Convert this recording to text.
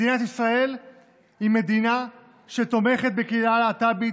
מדינת ישראל היא מדינה שתומכת בקהילה הלהט"בית,